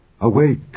awake